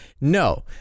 No